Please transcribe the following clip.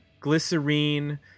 Glycerine